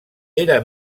era